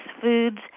foods